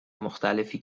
مختلفی